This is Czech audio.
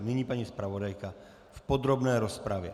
Nyní paní zpravodajka v podrobné rozpravě.